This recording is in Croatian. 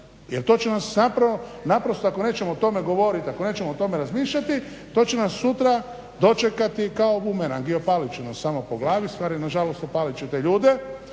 jer to će nas naprosto, ako nećemo o tome govoriti, ako nećemo o tome razmišljati to će nas sutra dočekati kao bumerang i opalit će nas samo po glavi. U stvari nažalost opalit će te ljude